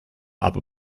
upper